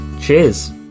Cheers